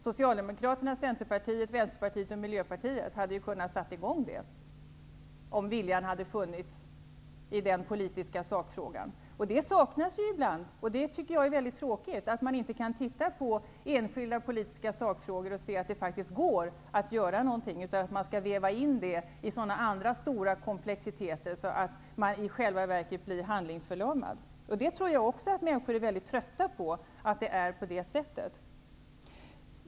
Socialdemokraterna, Centerpartiet, Vänsterpartiet och Miljöpartiet hade kunnat besluta om det, om viljan hade funnits i den politiska sakfrågan. Den saknas ibland, och det är tråkigt att man inte kan titta på enskilda politiska sakfrågor och se att det faktiskt går att göra någonting, utan att man skall väva in det i andra stora komplexiteter att att man i själva verket blir handlingsförlamad. Jag tror att människor är mycket trötta på det.